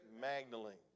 Magdalene